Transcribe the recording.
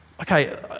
okay